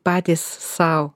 patys sau